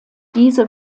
diese